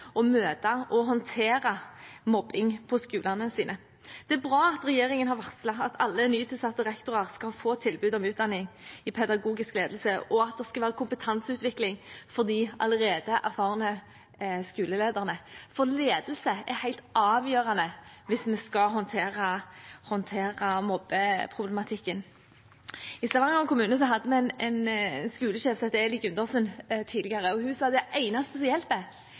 møte og håndtere mobbing på skolene sine. Det er bra at regjeringen har varslet at alle nytilsatte rektorer skal få tilbud om utdanning i pedagogisk ledelse, og at det skal være kompetanseutvikling for de allerede erfarne skolelederne, for ledelse er helt avgjørende hvis vi skal håndtere mobbeproblematikken. I Stavanger kommune hadde vi tidligere en skolesjef som heter Eli Gundersen. Hun sa at det eneste som hjelper,